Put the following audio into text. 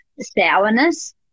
sourness